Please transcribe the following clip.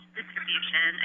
distribution